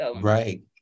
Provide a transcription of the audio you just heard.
Right